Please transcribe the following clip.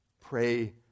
Pray